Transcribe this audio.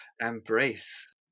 embrace